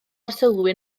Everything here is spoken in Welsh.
arsylwi